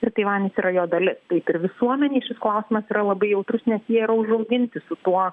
ir taivanis yra jo dalis taip ir visuomenei šis klausimas yra labai jautrus nes jie yra užauginti su tuo